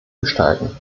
gestalten